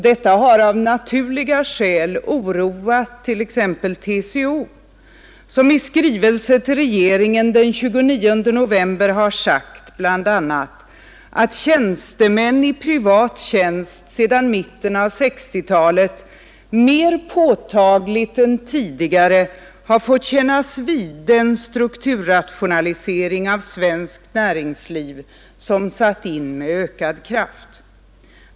Detta har av naturliga skäl oroat t.ex. TCO, som i skrivelse till regeringen den 29 november bl.a. sagt, att tjänstemän i privat tjänst sedan mitten av 1960-talet mer påtagligt än tidigare har fått kännas vid den strukturrationalisering av svenskt näringsliv som satt in med ökad kraft.